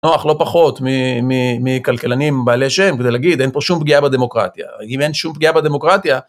נוח לא פחות מ... מ... מכלכלנים בעלי שם, כדי להגיד - אין פה שום פגיעה בדמוקרטיה. אם אין שום פגיעה בדמוקרטיה,